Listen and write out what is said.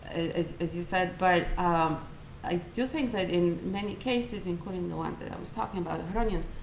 as as you said, but i do think that in many cases, including the one that i was talking about, the charonion,